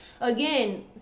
again